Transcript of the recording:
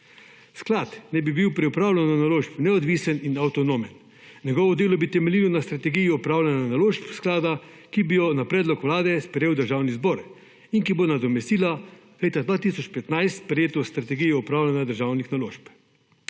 Sklad naj bi bil pri upravljanju naložb neodvisen in avtonomen. Njegovo delo bi temeljilo na strategiji upravljanja naložb sklada, ki bi jo na predlog vlade sprejel državni zbor in ki bo nadomestila leta 2015 sprejeto strategijo upravljanja državnih naložb.